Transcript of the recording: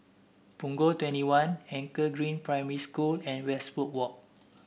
Punggol Twenty One Anchor Green Primary School and Westwood Walk